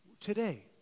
today